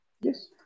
yes